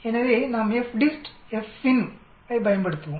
எனவே நாம் FDIST FINV ஐப் பயன்படுத்துவோம்